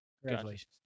Congratulations